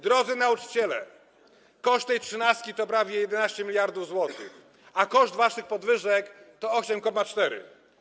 Drodzy nauczyciele, koszt tej trzynastki to prawie 11 mld zł, a koszt waszych podwyżek to 8,4.